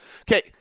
Okay